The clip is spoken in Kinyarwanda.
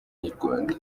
nyarwanda